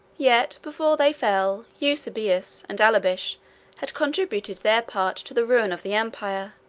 yet before they fell, eusebius and allobich had contributed their part to the ruin of the empire,